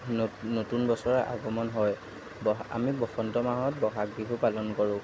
ন নতুন বছৰৰ আগমন হয় আমি বসন্ত মাহত বহাগ বিহু পালন কৰোঁ